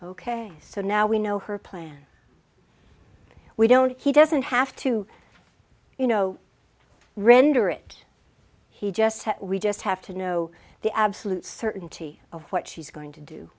ok so now we know her plan we don't he doesn't have to you know render it he just we just have to know the absolute certainty of what she's going to do